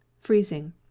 Freezing